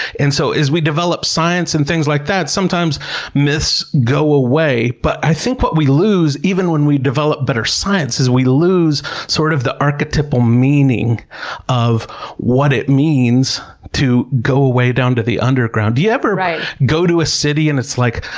and so as we develop science and things like that, sometimes myths go away. but i think what we lose, even when we develop better science, is we lose sort of the archetypal meaning of what it means to go way down to the underground. do you ever go to a city and it's like,